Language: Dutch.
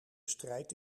strijd